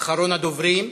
אחרון הדוברים,